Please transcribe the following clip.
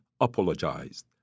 apologized